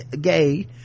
gay